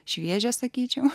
šviežia sakyčiau